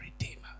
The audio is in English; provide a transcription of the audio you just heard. Redeemer